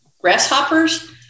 grasshoppers